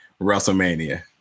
WrestleMania